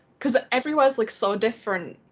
cause everywhere is like so different.